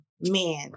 man